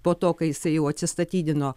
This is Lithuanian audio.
po to kai jisai jau atsistatydino